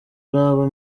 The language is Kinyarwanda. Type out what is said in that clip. araba